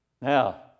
Now